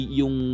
yung